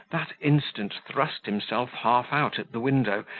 that instant thrust himself half out at the window,